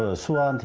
ah sua. and